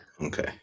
Okay